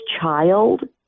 child